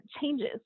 changes